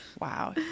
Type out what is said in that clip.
Wow